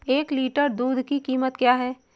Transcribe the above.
एक लीटर दूध की कीमत क्या है?